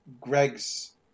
Greg's